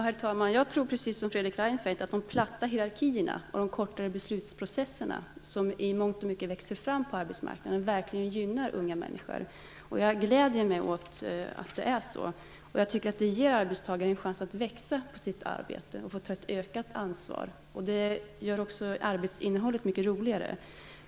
Herr talman! Jag tror precis som Fredrik Reinfeldt att de platta hierarkier och kortare beslutsprocesser som i mångt och mycket växer fram på arbetsmarknaden verkligen gynnar unga människor. Jag glädjer mig åt att det är så. Jag tycker att de ger arbetstagaren en chans att växa i sitt arbete och att få ta ett ökat ansvar. Det gör också arbetsinnehållet mycket roligare.